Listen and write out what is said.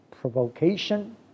provocation